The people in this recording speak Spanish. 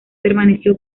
permaneció